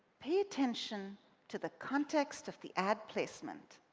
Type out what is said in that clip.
pay attention to the context of the ad placement,